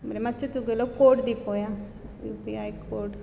मात्शें तुगेलो कोड दी पळोवया यु पी आय कोड